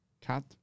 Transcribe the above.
Cat